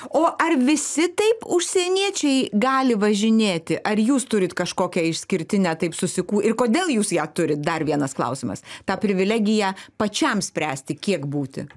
o ar visi taip užsieniečiai gali važinėti ar jūs turit kažkokią išskirtinę taip susikū ir kodėl jūs ją turit dar vienas klausimas tą privilegiją pačiam spręsti kiek būti